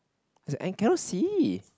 it's and cannot see